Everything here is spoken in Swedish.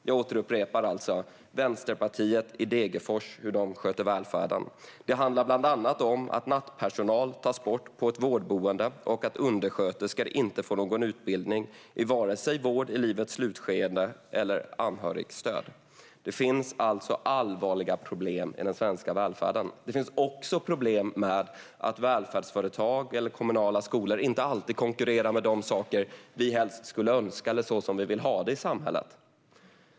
Jag upprepar hur Vänsterpartiet i Degerfors sköter välfärden: Det handlar bland annat om att nattpersonal tas bort på ett vårdboende och att undersköterskor inte får någon utbildning i vare sig vård i livets slutskede eller anhörigstöd. Det finns alltså allvarliga problem i den svenska välfärden. Det finns också problem med att välfärdsföretag eller kommunala skolor inte alltid konkurrerar med de saker vi helst skulle önska eller så som vi vill att det ska göras i samhället.